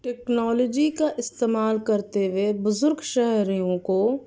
technology کا استعمال کرتے ہوئے بزرگ شہریوں کو